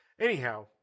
anyhow